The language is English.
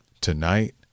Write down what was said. tonight